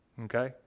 Okay